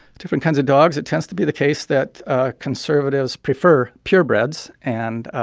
different kinds of dogs it tends to be the case that ah conservatives prefer purebreds. and